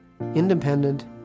independent